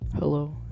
Hello